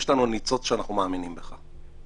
יש לנו ניצוץ שאנחנו מאמינים בך.